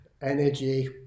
energy